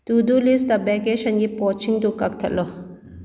two do list ꯚꯦꯀꯦꯁꯟꯒꯤ ꯄꯣꯠꯁꯤꯡꯗꯨ ꯀꯛꯊꯠꯂꯨ